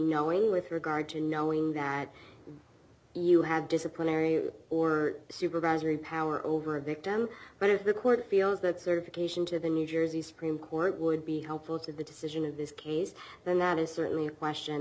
knowing with regard to knowing that you have disciplinary or supervisory power over a victim but if the court feels that sort of occasion to the new jersey supreme court would be helpful to the decision of this case then that is certainly a question